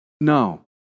no